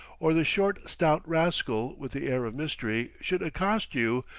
or the short stout rascal with the air of mystery should accost you,